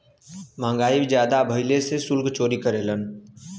महंगाई जादा भइले से सुल्क चोरी करेलन